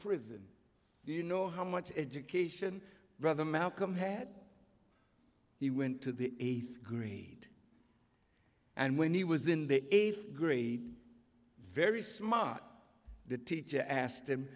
prison you know how much education brother malcolm had he went to the eighth grade and when he was in the eighth grade very smart the teacher asked him